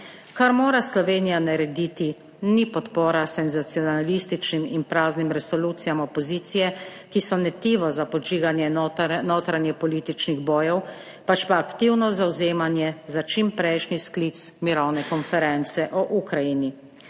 Kar mora Slovenija narediti ni podpora senzacionalističnim in praznim resolucijam opozicije, ki so netivo za podžiganje notranjepolitičnih bojev, pač pa aktivno zavzemanje za čimprejšnji sklic mirovne konference o Ukrajini.